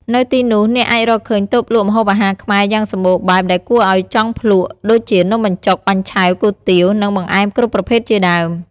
នៅទីនោះ អ្នកអាចរកឃើញតូបលក់ម្ហូបអាហារខ្មែរយ៉ាងសម្បូរបែបដែលគួរឲ្យចង់ភ្លក្ស ដូចជា នំបញ្ចុក បាញ់ឆែវ គុយទាវ និងបង្អែមគ្រប់ប្រភេទជាដើម។